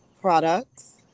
Products